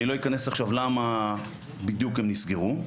אני לא אכנס עכשיו למה בדיוק הם נסגרו.